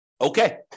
Okay